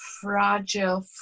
fragile